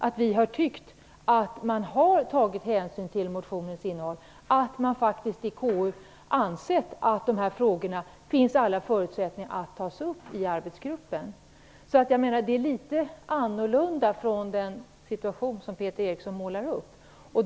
Vi har nämligen tyckt att man har tagit hänsyn till motionens innehåll och att man i KU faktiskt har ansett att det finns alla förutsättningar för att sådana här frågor tas upp i arbetsgruppen. Det finns en viss skillnad i förhållande till den situation som Peter Eriksson målar upp.